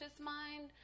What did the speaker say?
mind